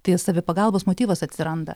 tai savipagalbos motyvas atsiranda